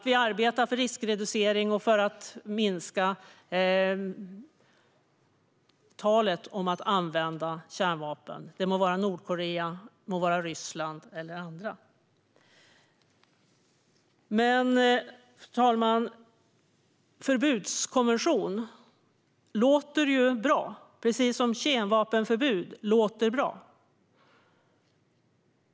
Vi vill arbeta för riskreducering och för att minska talet om att använda kärnvapen - det må handla om Nordkorea, Ryssland eller andra. Fru talman! Förbudskonvention låter bra, precis som kemvapenförbud låter bra.